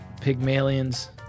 Pygmalion's